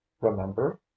remember